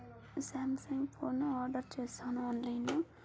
Samsung phone order చేశాను ఆన్లైన్లో